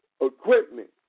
equipment